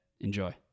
Enjoy